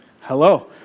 Hello